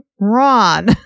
Ron